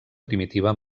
primitiva